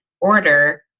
order